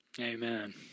Amen